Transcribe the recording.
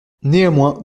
néanmoins